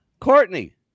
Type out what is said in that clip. Courtney